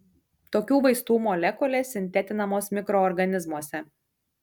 tokių vaistų molekulės sintetinamos mikroorganizmuose